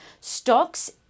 stocks